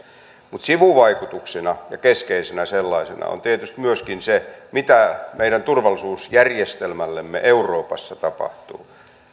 mutta sivuvaikutuksena ja keskeisenä sellaisena on tietysti myöskin se mitä meidän turvallisuusjärjestelmällemme euroopassa tapahtuu